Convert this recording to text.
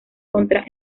contra